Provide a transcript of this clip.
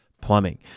Plumbing